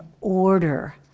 order